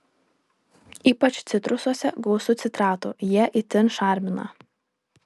ypač citrusuose gausu citratų jie itin šarmina